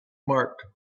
marked